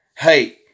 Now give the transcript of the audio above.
Hey